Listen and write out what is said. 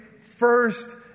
first